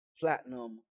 platinum